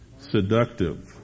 Seductive